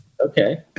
okay